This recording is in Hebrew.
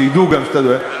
שידעו גם שאתה דואג,